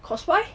cause why